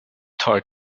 tar